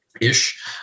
ish